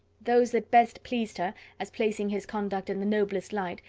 those that best pleased her, as placing his conduct in the noblest light,